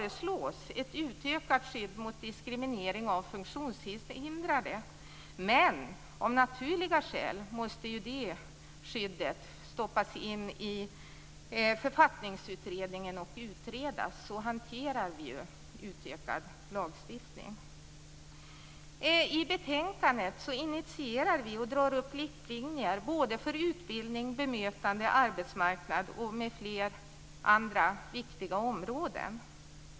Ett utökat skydd mot diskriminering av funktionshindrade föreslås också, men av naturliga skäl måste det skyddet stoppas in i Författningsutredningen och utredas. Så hanterar vi ju utökad lagstiftning. I betänkandet initierar vi och drar upp riktlinjer för utbildning, bemötande, arbetsmarknad och andra viktiga områden.